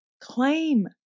Claim